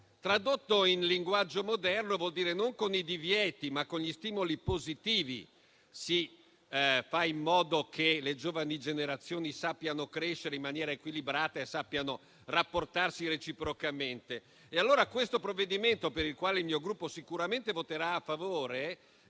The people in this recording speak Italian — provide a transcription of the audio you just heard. Tradotto nel linguaggio moderno, vuol dire che non con divieti, ma con stimoli positivi si deve fare in modo che le giovani generazioni crescano in maniera equilibrata e sappiano rapportarsi reciprocamente. Questo provvedimento, sul quale il mio Gruppo sicuramente voterà a favore,